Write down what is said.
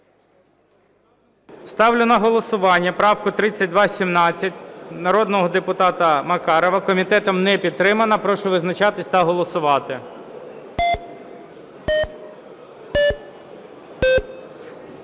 Ставлю на голосування правку 3217 народного депутата Макарова. Комітетом не підтримана. Прошу визначатись та голосувати.